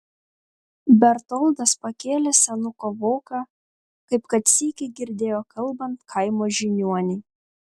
bertoldas pakėlė senuko voką kaip kad sykį girdėjo kalbant kaimo žiniuonį